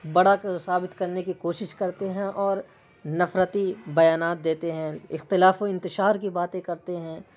بڑا ثابت کرنے کی کوشش کرتے ہیں اور نفرتی بیانات دیتے ہیں اختلاف و انتشار کی باتیں کرتے ہیں